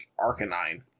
Arcanine